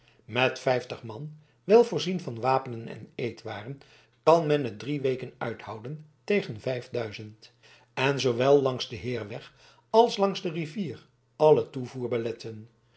met vijftig man wèl voorzien van wapenen en eetwaren kan men het drie weken uithouden tegen vijf duizend en zoowel langs den heirweg als langs de rivier allen toevoer beletten